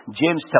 James